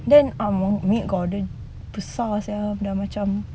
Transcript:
then um meet gordon besar sia dah macam